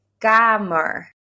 kamer